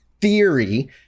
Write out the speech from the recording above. theory